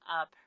up